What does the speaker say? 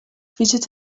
fidget